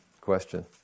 question